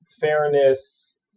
fairness